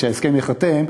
כשההסכם ייחתם,